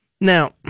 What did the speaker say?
Now